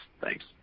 Thanks